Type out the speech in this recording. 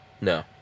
no